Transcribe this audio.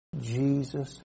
Jesus